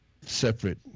separate